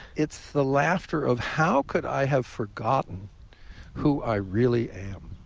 it's the laughter of how could i have forgotten who i really am?